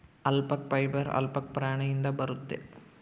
alpaca fibre alpaca ಪ್ರಾಣಿಯಿಂದ ಬರುತ್ತೆ